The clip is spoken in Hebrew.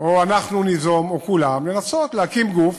או אנחנו ניזום, או כולם, לנסות להקים גוף